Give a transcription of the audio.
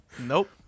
Nope